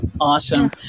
Awesome